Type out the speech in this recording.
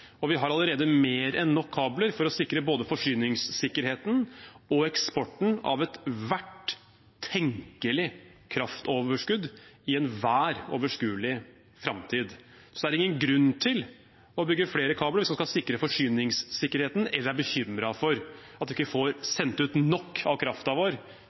Vi har allerede mer enn nok kabler til å sikre både forsyningssikkerheten og eksporten av ethvert tenkelig kraftoverskudd i enhver overskuelig framtid. Det er ingen grunn til å bygge flere kabler hvis man skal sikre forsyningssikkerheten eller er bekymret for at vi ikke får sendt ut nok av kraften vår